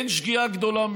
אין שגיאה גדולה מזו.